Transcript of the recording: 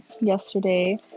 yesterday